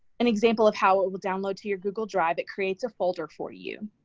an example of how it will download to your google drive it creates a folder for you,